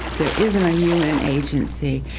there isn't a un agency,